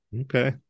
Okay